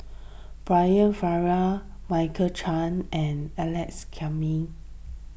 Brian Farrell Michael Chiang and Alex